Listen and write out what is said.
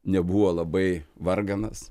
nebuvo labai varganas